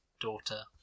daughter